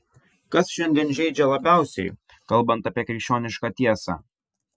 kas šiandien žeidžia labiausiai kalbant apie krikščionišką tiesą